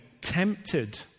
tempted